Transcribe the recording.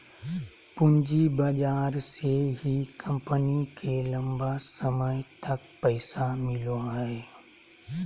पूँजी बाजार से ही कम्पनी के लम्बा समय तक पैसा मिलो हइ